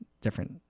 different